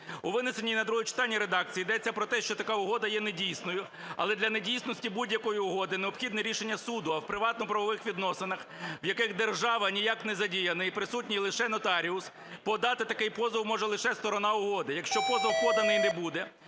У винесеній на друге читання редакції йдеться про те, що така угода є недійсною, але для недійсності будь-якої угоди необхідно рішення суду. А в приватно-правових відносинах, в яких держава ніяк не задіяна і присутній лише нотаріус, подати такий позов може лише сторона угоди. Якщо позов поданий не буде,